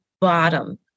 bottom